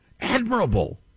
admirable